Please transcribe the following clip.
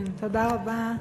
תודה רבה.